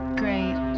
great